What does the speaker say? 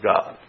God